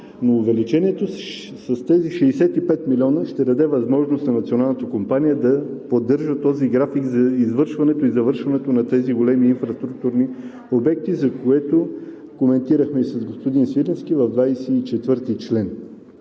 но увеличението с тези 65 млн. лв. ще даде възможност на Националната компания да поддържа този график за извършването и завършването на тези големи инфраструктурни обекти, за което коментирахме с господин Свиленски в чл.